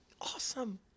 awesome